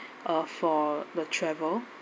uh for the travel